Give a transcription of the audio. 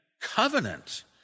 covenant